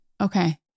Okay